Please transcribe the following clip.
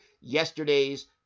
yesterday's